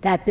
that